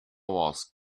wars